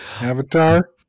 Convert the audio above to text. Avatar